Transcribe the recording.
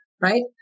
right